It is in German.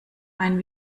einen